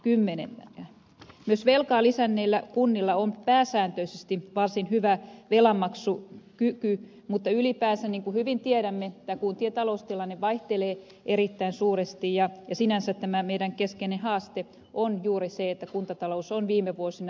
myös velkaa lisänneillä kunnilla on pääsääntöisesti varsin hyvä velanmaksukyky mutta ylipäänsä niin kuin hyvin tiedämme kuntien taloustilanne vaihtelee erittäin suuresti ja sinänsä tämä meidän keskeinen haasteemme on juuri se että kuntatalous on viime vuosina eriytynyt